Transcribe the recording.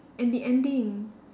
and the ending